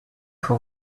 for